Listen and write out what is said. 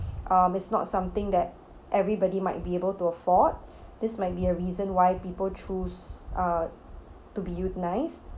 um it's not something that everybody might be able to afford this might be a reason why people choose uh to be euthanized